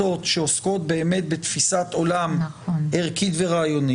כשנמצאים כאן רק ארבעה חברי כנסת וחלק מהמומחים התייאשו והלכו.